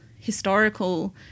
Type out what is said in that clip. historical